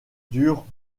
durent